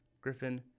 Griffin